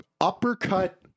uppercut